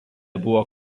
buvo